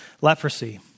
leprosy